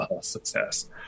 success